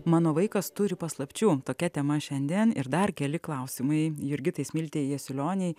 mano vaikas turi paslapčių tokia tema šiandien ir dar keli klausimai jurgitai smiltei jasiulionei